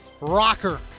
rocker